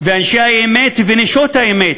ואנשי האמת ונשות האמת,